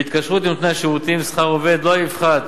בהתקשרות עם נותני השירותים, שכר עובד לא יפחת,